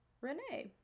Renee